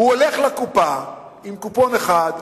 הוא הולך לקופה עם קופון אחד,